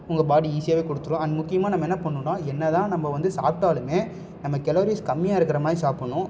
உங்கள் பாடி ஈஸியாகவே கொடுத்துரும் அண்ட் முக்கியமாக நம்ம என்ன பண்ணுன்னா என்ன தான் நம்ம வந்து சாப்பிட்டாலுமே நம்ம கலோரிஸ் கம்மியாக இருக்கிற மாதிரி சாப்பிட்ணும்